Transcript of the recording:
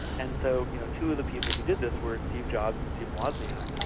and so you know two of the people who did this were steve jobs and steve wozniak.